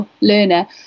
learner